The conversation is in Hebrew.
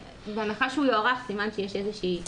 בהנחה שהוא יוארך, סימן שיש איזושהי -- מגפה.